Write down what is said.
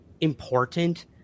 important